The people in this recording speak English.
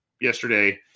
yesterday